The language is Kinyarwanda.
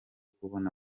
kubona